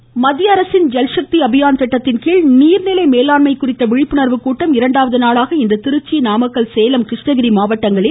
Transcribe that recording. ஜல்சக்தி மத்திய அரசின் ஜல்சக்தி அபியான் திட்டத்தின்கீழ் நீர் நிலை மேலாண்மை குறித்த விழிப்புணர்வு கூட்டம் இரண்டாவது நாளாக இன்று திருச்சி நாமக்கல் சேலம் கிருஷ்ணகிரி மாவட்டங்களில் நடைபெற்றது